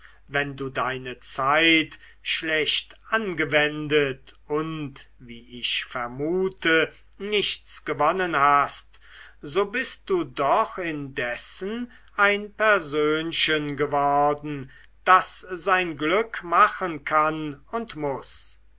wenn du deine zeit schlecht angewendet und wie ich vermute nichts gewonnen hast so bist du doch indessen ein persönchen geworden das sein glück machen kann und muß